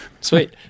sweet